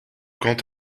quand